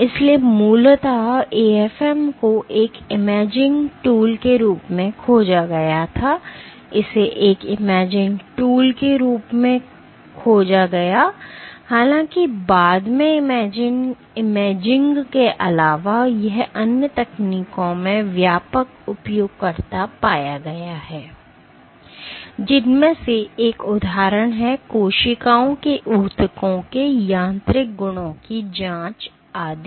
इसलिए मूलतः AFM को एक इमेजिंग टूल के रूप में खोजा गया था इसे एक इमेजिंग टूल के रूप में खोजा गया था हालांकि बाद में इमेजिंग के अलावा यह अन्य तकनीकों में व्यापक उपयोगकर्ता पाया है जिनमें से एक उदाहरण है कोशिकाओं के ऊतकों के यांत्रिक गुणों की जांच आदि